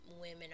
women